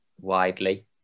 widely